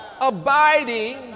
abiding